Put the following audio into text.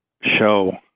show